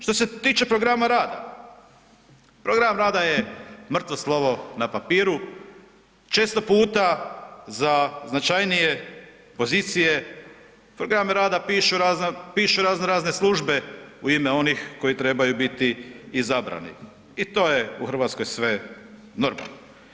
Što se tiče programa rada, program rada je mrtvo slovo na papiru, često puta za značajnije pozicije, program rada pišu raznorazne službe u ime onih koji trebaju niti izabrani i to je u Hrvatskoj sve normalno.